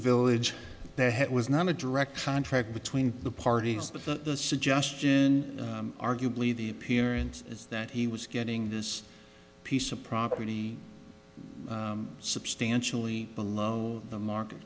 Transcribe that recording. village the head was not a direct contract between the parties but the suggestion arguably the appearance is that he was getting this piece of property substantially below the market